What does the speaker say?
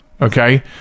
okay